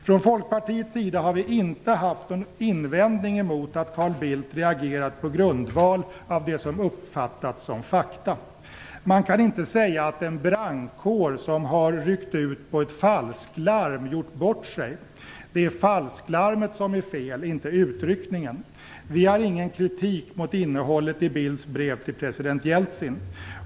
Från Folkpartiets sida har vi inte haft någon invändning emot att Carl Bildt reagerat på grundval av det som uppfattats som fakta. Man kan inte säga att en brandkår som ryckt ut på ett falsklarm gjort bort sig. Det är falsklarmet som är fel, inte utryckningen. Vi har ingen kritik mot innehållet i Bildts brev till president Jeltsin.